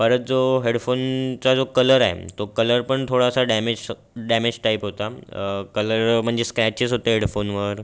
परत जो हेडफोनचा जो कलर आहे तो कलरपण थोडासा डॅमेश डॅमेशटाइप होता कलर म्हणजे स्कॅचेस होते हेडफोनवर